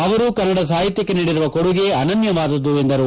ಅವರು ಕನ್ನಡ ಸಾಹಿತ್ಯಕ್ಷೆ ನೀಡಿರುವ ಕೊಡುಗೆ ಅನನ್ನವಾದುದು ಎಂದರು